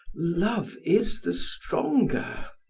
love is the stronger.